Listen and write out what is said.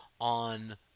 on